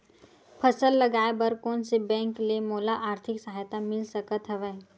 फसल लगाये बर कोन से बैंक ले मोला आर्थिक सहायता मिल सकत हवय?